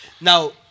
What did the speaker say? now